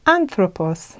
Anthropos